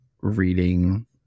reading